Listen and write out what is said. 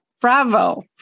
bravo